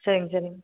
சரிங்க சரிங்க